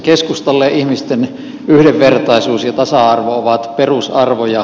keskustalle ihmisten yhdenvertaisuus ja tasa arvo ovat perusarvoja